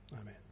Amen